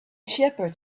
shepherd